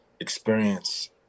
Experience